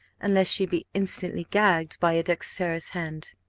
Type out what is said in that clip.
unless she be instantly gagged by a dexterous hand.